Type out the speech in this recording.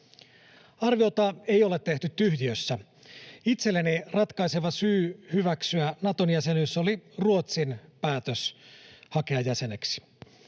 Arviota ei ole tehty tyhjiössä. Itselleni ratkaiseva syy hyväksyä Naton jäsenyys oli Ruotsin päätös hakea jäseneksi.